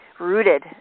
rooted